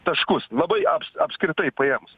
taškus labai aps aps apskritai paėmus